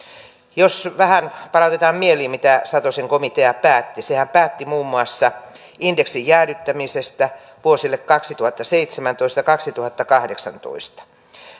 jos vähän palautetaan mieleen mitä satosen komitea päätti sehän päätti muun muassa indeksin jäädyttämisestä vuosille kaksituhattaseitsemäntoista viiva kaksituhattakahdeksantoista